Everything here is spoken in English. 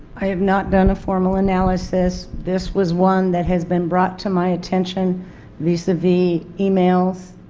i've not done formal analysis, this was one that has been brought to my attention vis-a-vis emails,